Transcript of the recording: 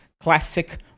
classic